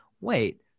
wait